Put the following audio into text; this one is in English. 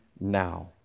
now